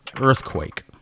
earthquake